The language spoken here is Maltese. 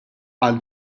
għal